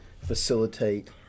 facilitate